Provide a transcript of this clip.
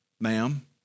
ma'am